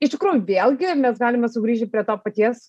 iš tikrųjų vėlgi mes galime sugrįžę prie to paties